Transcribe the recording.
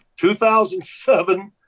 2007